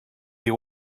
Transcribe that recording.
you